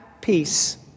peace